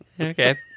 Okay